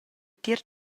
tier